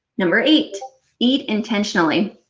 number eight eat intentionally.